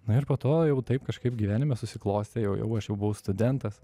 na ir po to jau taip kažkaip gyvenime susiklostė jau jau aš jau buvau studentas